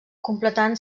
completant